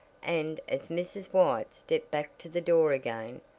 and as mrs. white stepped back to the door again,